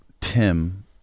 Tim